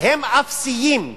הם אפסיים,